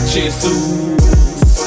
Jesus